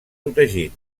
protegit